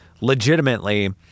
legitimately